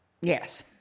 Yes